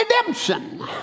redemption